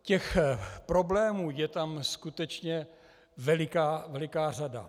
Těch problémů je tam skutečně veliká řada.